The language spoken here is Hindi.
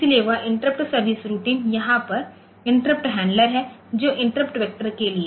इसलिए वह इंटरप्ट सर्विस रूटीनयहां पर इंटरप्ट हैंडलर है जो इंटरप्ट वेक्टर के लिए